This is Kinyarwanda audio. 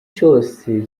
cyose